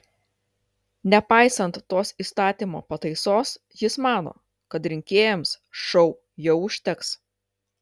nepaisant tos įstatymo pataisos jis mano kad rinkėjams šou jau užteks